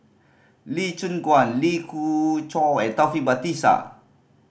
Lee Choon Guan Lee Khoon Choy and Taufik Batisah